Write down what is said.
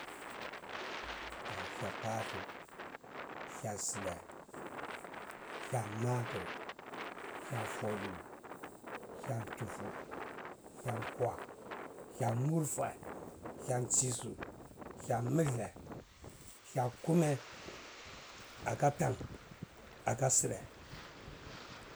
hya pallu, hya sida, hya maker hya fodu, hya tufu, hya kwa, hya murfah hya nsisu, hya mulde, hya kumeh aka tan aka sida.